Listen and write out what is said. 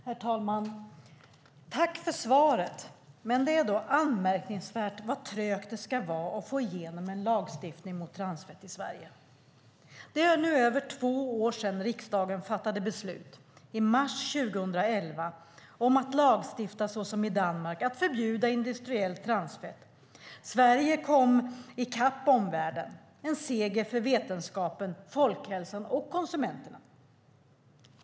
Herr talman! Tack för svaret! Men det är då anmärkningsvärt hur trögt det ska vara att få igenom en lagstiftning mot transfett i Sverige. Det är nu över två år sedan riksdagen fattade beslut i mars 2011 om att lagstifta, såsom i Danmark, om att förbjuda industriellt transfett. Sverige kom i kapp omvärlden. Det var en seger för vetenskapen, folkhälsan och konsumenterna.